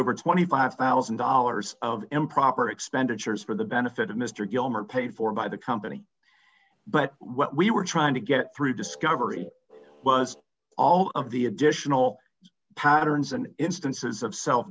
over twenty five thousand dollars of improper expenditures for the benefit of mr gilmer paid for by the company but what we were trying to get through discovery was all of the additional patterns and instances of self